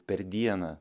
per dieną